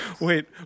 wait